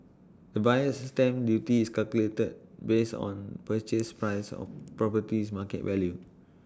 the buyer's stamp duty is calculated based on purchase price or property's market value